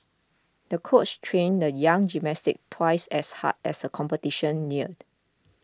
the coach trained the young gymnast twice as hard as a competition neared